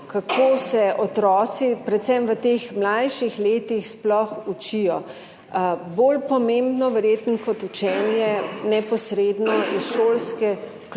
kako se otroci predvsem v teh mlajših letih sploh učijo. Verjetno je bolj pomembno kot učenje neposredno iz šolske klopi